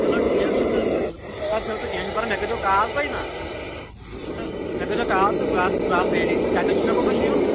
چلو ٹھیٖک چھُ تہٕ ییٚلہِ سوارِ چھَو تہٕ کیٚنٛہہ چھُ نہٕ پرواے مےٚ کٔرۍزیٚو کال تُہۍ نا مےٚ کٔرۍزیٚو کال تہٕ بہٕ آسہٕ بہٕ آسہٕ ریڈی کتن چھُ مےٚ کوٚتن چھُ یُن